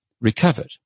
recovered